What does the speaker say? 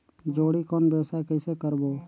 जोणी कौन व्यवसाय कइसे करबो?